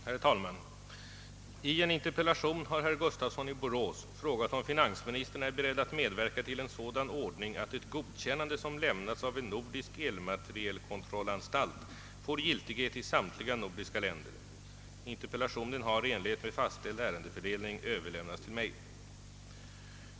Herr talman! I en interpellation har herr Gustafsson i Borås frågat, om finansministern är beredd att medverka till en sådan ordning att ett godkännande som lämnats av en nordisk elmaterielkontrollanstalt får giltighet i samtliga nordiska länder. Interpellationen har i enlighet med fastställd ärendesfördelning överlämnats till mig.